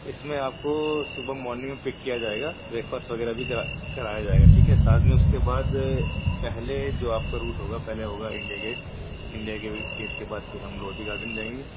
اس میں آپ کو صبح مارننگ میں پک کیا جائے گا بریک فاسٹ وغیرہ بھی کرا کرایا جائے گا ٹھیک ہے ساتھ میں اس کے بعد پہلے جو آپ کا روٹ ہوگا پہلے ہوگا انڈیا گیٹ انڈیا گیٹ کے بعد پھر ہم لودھی گارڈن جائیں گے